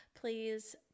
please